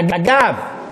בגב.